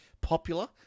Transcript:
popular